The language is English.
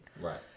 right